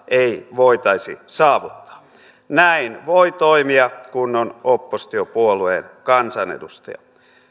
ei voitaisi saavuttaa näin voi toimia kun on oppositiopuolueen kansanedustaja